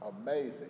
Amazing